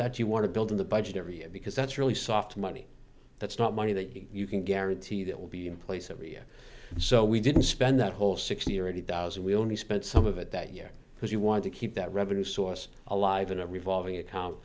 that you want to build in the budget every year because that's really soft money that's not money that you can guarantee that will be in place every year so we didn't spend that whole sixty or eighty thousand we only spent some of it that year because you want to keep that revenue source alive in a revolving a